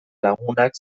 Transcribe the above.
lagunak